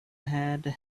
had